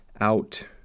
out